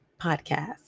podcast